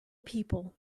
people